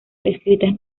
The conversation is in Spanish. escritas